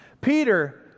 Peter